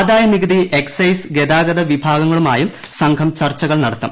ആദായനികുതി എക്സൈസ് ഗതാഗത വിഭാഗങ്ങളുമായും സംഘം ചർച്ചകൾ നടത്തും